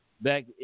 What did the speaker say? back